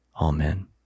Amen